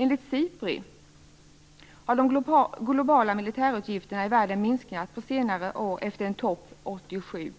Enligt SIPRI - Stockholm International Peace Research Institute - har de globala militärutgifterna i världen minskat under senare år efter en topp 1987.